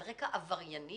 על רקע עברייני,